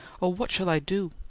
oh, what shall i do?